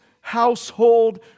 household